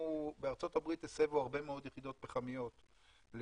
בארצות הברית הסבו הרבה מאוד יחידות פחמיות לגז.